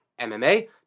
MMA